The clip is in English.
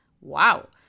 wow